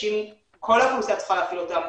שכל האוכלוסייה צריכה להפעיל אותן,